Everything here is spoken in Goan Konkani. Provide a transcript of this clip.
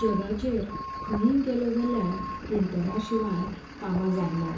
जगाचेर खंय गेलो जाल्यार प्रिंटरा शिवाय कामां जायनात